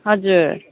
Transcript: हजुर